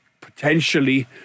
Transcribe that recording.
potentially